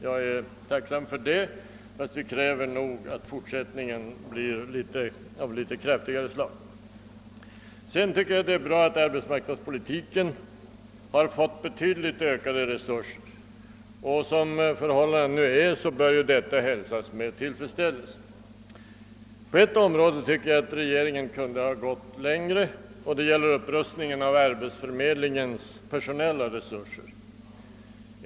Jag är tacksam för det, men vi kräver nog att fortsättningen blir av litet kraftfullare slag. Jag tycker också att det är bra att arbetsmarknadspolitiken fått betydligt ökade resurser. Som förhållandena nu är bör detta hälsas med tillfredsställelse. På ett område tycker jag att regeringen kunde ha gått längre, och det gäller upprustningen av arbetsförmedlingens personella resurser.